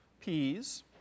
peas